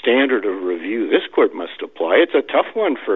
standard of review this court must apply it's a tough one for